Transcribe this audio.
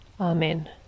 Amen